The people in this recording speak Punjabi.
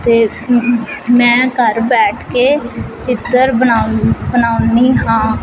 ਅਤੇ ਮੈਂ ਘਰ ਬੈਠ ਕੇ ਚਿੱਤਰ ਬਣਾਉਣ ਬਣਾਉਂਦੀ ਹਾਂ